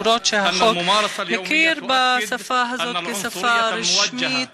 למרות שהחוק מכיר בשפה הזאת כשפה רשמית,